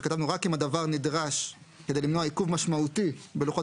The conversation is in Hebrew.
שכתבנו שרק אם הדבר נדרש כדי למנוע עיכוב משמעותי בלוחות